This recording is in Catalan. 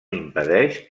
impedeix